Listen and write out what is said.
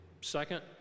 Second